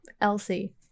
Elsie